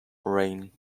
rain